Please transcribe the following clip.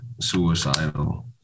suicidal